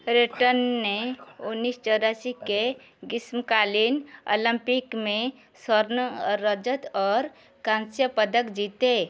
रेटन ने उन्नीस चौरासी के ग्रीष्मकालीन ओलंपिक में स्वर्ण रजत और कांस्य पदक जीते